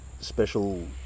special